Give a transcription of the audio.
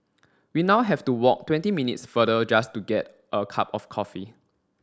we now have to walk twenty minutes farther just to get a cup of coffee